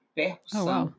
percussão